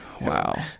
Wow